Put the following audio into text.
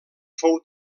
fou